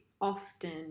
often